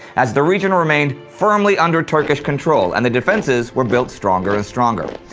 as the region remained firmly under turkish control and the defenses were built stronger and stronger.